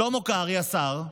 שלמה קרעי, השר,